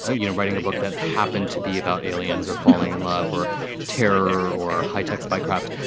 ah you know, writing a book that happened to be about aliens or falling in love or terror or high text bycroft,